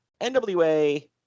NWA